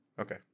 Okay